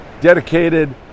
dedicated